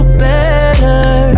better